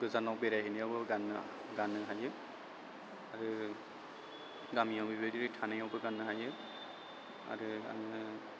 गोजानाव बेरायहैनायावबो गाननो गाननो हायो आरो गामियाव बेबायदि थानायावबो गाननो हायो आरो आङो